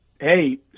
Hey